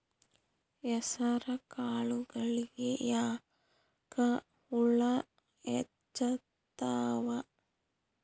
ಹೆಸರ ಕಾಳುಗಳಿಗಿ ಯಾಕ ಹುಳ ಹೆಚ್ಚಾತವ?